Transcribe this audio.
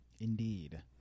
indeed